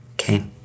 okay